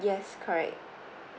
yes correct